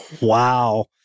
Wow